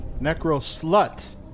necro-slut